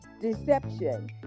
Deception